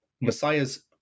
Messiah's